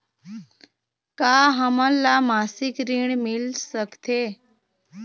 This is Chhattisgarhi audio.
का हमन ला मासिक ऋण मिल सकथे?